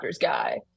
guy